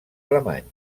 alemany